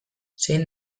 zein